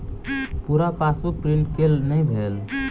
पूरा passbook print केल नहि भेल